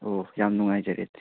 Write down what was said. ꯑꯣ ꯌꯥꯝ ꯅꯨꯡꯉꯥꯏꯖꯔꯦ